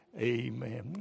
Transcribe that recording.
Amen